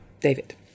David